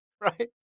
right